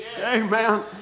Amen